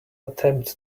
attempt